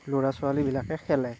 ল'ৰা ছোৱালীবিলাকে খেলে